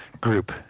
group